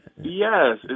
Yes